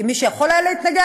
כי מי שיכול היה להיות להתנגד,